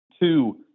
two